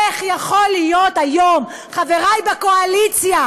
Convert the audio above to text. איך יכול להיות היום, חברי בקואליציה,